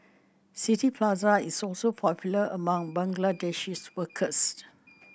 City Plaza is also popular among Bangladeshi workers